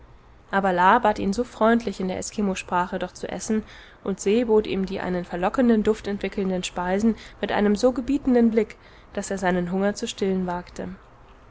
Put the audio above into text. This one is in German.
aber la bat ihn so freundlich in der eskimosprache doch zu essen und se bot ihm die einen verlockenden duft entwickelnden speisen mit einem so gebietenden blick daß er seinen hunger zu stillen wagte